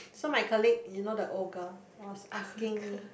so my colleague you know the old girl was asking me